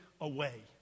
away